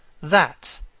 That